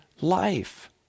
life